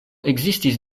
ekzistis